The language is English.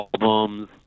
albums